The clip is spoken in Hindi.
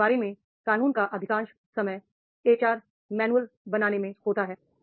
इस मामले में कानून का अधिकांश समय एच आर मैनुअल बनाने में होता है